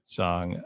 song